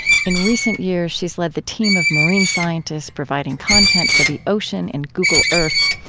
in recent years, she's led the team of marine scientists providing content for the ocean in google earth.